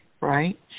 right